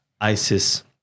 ISIS